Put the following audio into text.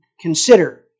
consider